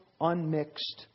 unmixed